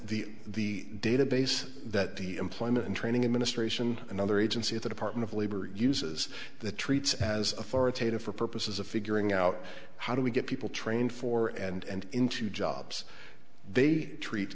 the database that the employment and training administration another agency the department of labor uses the treats as authoritative for purposes of figuring out how do we get people trained for and into jobs they treat